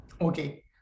okay